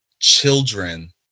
Children